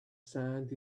sand